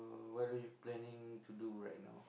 what are you planning to do right now